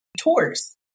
tours